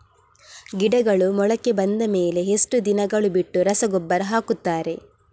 ಗಿಡಗಳು ಮೊಳಕೆ ಬಂದ ಮೇಲೆ ಎಷ್ಟು ದಿನಗಳು ಬಿಟ್ಟು ರಸಗೊಬ್ಬರ ಹಾಕುತ್ತಾರೆ?